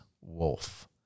wolf